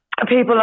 People